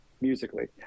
musically